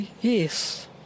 Yes